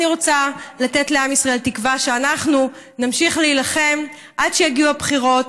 אני רוצה לתת לעם ישראל תקווה שאנחנו נמשיך להילחם עד שיגיעו הבחירות,